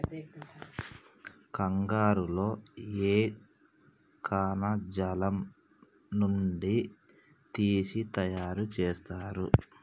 కంగారు లో ఏ కణజాలం నుండి తీసి తయారు చేస్తారు?